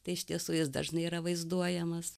tai iš tiesų jis dažnai yra vaizduojamas